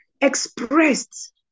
expressed